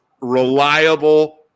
reliable